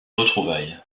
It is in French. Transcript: retrouvailles